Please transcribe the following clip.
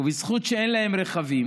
ובזכות זה שאין להם רכבים,